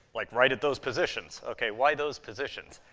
like, right at those positions. okay, why those positions?